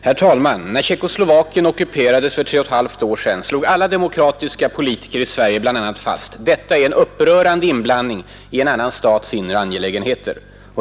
Herr talman! När Tjeckoslovakien ockuperades för tre och ett halvt år sedan slog alla demokratiska politiker i Sverige bl.a. fast: Detta är en upprörande inblandning i en annan stats inre angelägenheter.